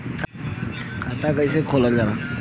खाता कैसे खोलल जाला?